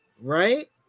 right